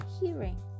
hearing